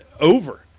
over